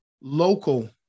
local